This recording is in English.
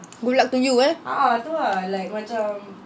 good luck to you eh